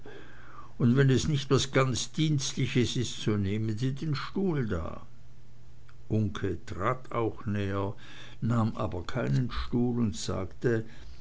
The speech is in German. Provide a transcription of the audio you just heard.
und wenn es nicht was ganz dienstliches is so nehmen sie den stuhl da uncke trat auch näher nahm aber keinen stuhl und sagte